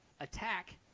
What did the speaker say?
attack